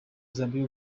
zambia